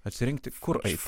atsirinkti kur eiti